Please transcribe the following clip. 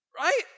Right